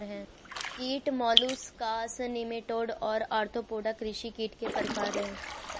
कीट molluscs nematode और Arthropoda कृषि कीट के प्रकार हैं